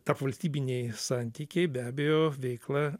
tarpvalstybiniai santykiai be abejo veikla